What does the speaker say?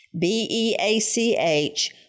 B-E-A-C-H